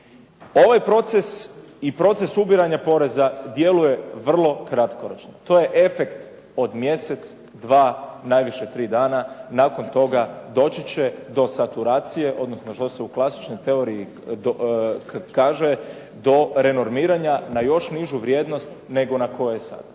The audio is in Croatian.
Ovaj proces i proces ubiranja poreza djeluje vrlo kratkoročno. To je efekt od mjesec dva, najviše tri dana, nakon toga doći će do saturacije, odnosno što se u klasičnoj teoriji kaže, to renormiranja na još nižu vrijednost nego na kojoj je sada.